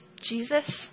Jesus